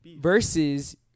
Versus